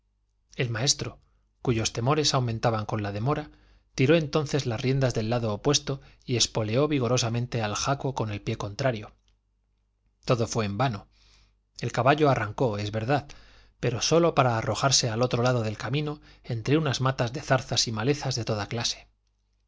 el maestro cuyos temores aumentaban con la demora tiró entonces las riendas del lado opuesto y espoleó vigorosamente al jaco con el pie contrario todo fué en vano el caballo arrancó es verdad pero sólo para arrojarse al otro lado del camino entre unas matas de zarzas y malezas de toda clase